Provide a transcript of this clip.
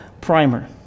primer